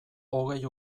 hogei